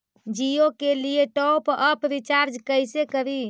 जियो के लिए top up recharge कैसे करी?